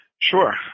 Sure